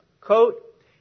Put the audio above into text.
coat